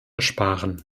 ersparen